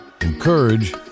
encourage